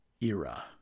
era